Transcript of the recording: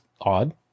odd